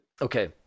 okay